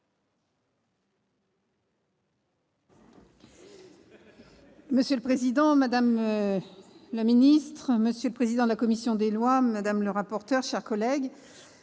Monsieur le président, madame la ministre, monsieur le président de la commission des lois, madame la rapporteur, mes chers collègues,